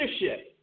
leadership